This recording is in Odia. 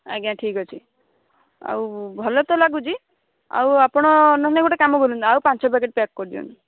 ଆଜ୍ଞା ଠିକ୍ ଅଛି ଆଉ ଭଲ ତ ଲାଗୁଛି ଆଉ ଆପଣ ନହେଲେ ଗୋଟେ କାମ କରନ୍ତୁ ଆଉ ପାଞ୍ଚ ପ୍ୟାକେଟ୍ ପ୍ୟାକ୍ କରିଦିଅନ୍ତୁ